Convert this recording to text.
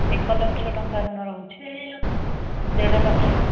ଏକ ଲକ୍ଷ ଟଙ୍କା ଋଣ ରହୁଛି ଦେଢ଼ ଲକ୍ଷ